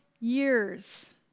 years